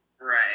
Right